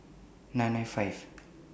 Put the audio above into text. nine nine five